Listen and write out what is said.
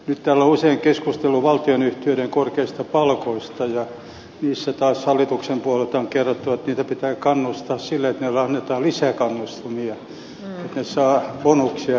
nyt täällä on usein keskusteltu valtionyhtiöiden korkeista palkoista ja niistä taas hallituksen puolelta on kerrottu että valtionyhtiöiden johtoa pitää kannustaa sillä että heille annetaan lisää kannustimia että he saavat bonuksia ja muita